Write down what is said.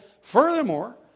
furthermore